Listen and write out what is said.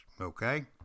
Okay